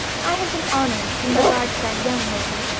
i have been honored, in regard to that young lady,